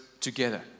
together